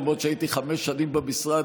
למרות שהייתי חמש שנים במשרד,